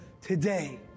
today